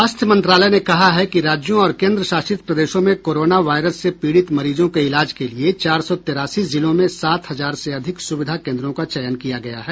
स्वास्थ्य मंत्रालय ने कहा है कि राज्यों और केन्द्र शासित प्रदेशों में कोरोना वायरस से पीड़ित मरीजों के इलाज के लिये चार सौ तिरासी जिलों में सात हजार से अधिक सुविधा केन्द्रों का चयन किया गया है